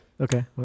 okay